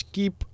Keep